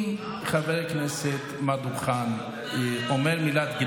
את לא מנהלת את